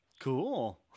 Cool